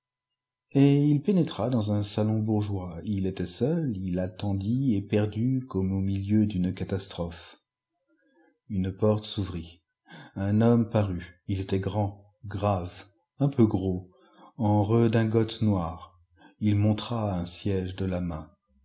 et il pénétra dans un salon bourgeois ii était seul il atten dit éper du comme au milieu d'une catastrophe une porte s'ouvrit un homme parut ii était gran d grave un peu gros en re dingote noire ii montra un siège de la main